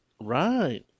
Right